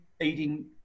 eating